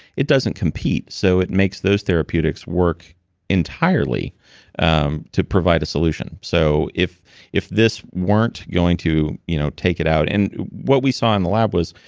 it doesn't compete. so it makes those therapeutics work entirely um to provide a solution. so, if if this weren't going to you know take it out, and what we saw in the lab was,